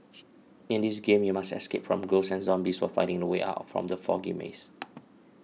in this game you must escape from ghosts and zombies while finding the way out from the foggy maze